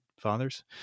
fathers